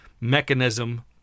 mechanism